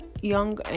young